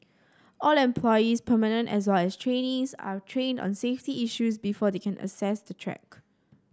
all employees permanent as well as trainees are trained on safety issues before they can access the track